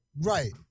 Right